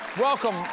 Welcome